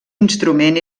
instrument